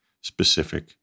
specific